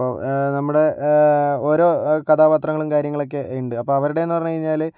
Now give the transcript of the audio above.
അപ്പോൾ നമ്മുടെ ഓരോ കഥാപാത്രങ്ങളും കാര്യങ്ങളൊക്കെയുണ്ട് അപ്പോൾ അവരുടെയെന്ന് പറഞ്ഞു കഴിഞ്ഞാൽ